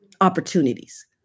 opportunities